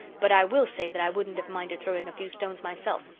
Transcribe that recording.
but i will say that i wouldn't have minded throwing a few stones myself.